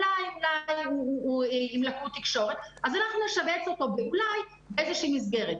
אולי הוא עם לקות תקשורת אז נשבץ אותו באיזושהי מסגרת.